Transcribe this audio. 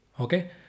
Okay